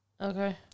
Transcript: Okay